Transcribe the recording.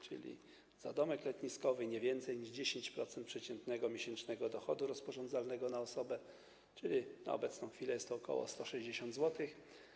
Czyli za domek letniskowy nie więcej niż 10% przeciętnego miesięcznego dochodu rozporządzalnego na osobę, czyli na obecną chwilę jest to ok. 160 zł.